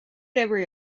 every